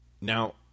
Now